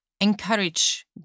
encourage